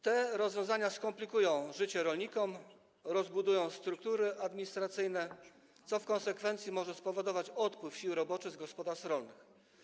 Te rozwiązania skomplikują życie rolnikom, rozbudują struktury administracyjne, co w konsekwencji może spowodować odpływ sił roboczych z gospodarstw rolnych.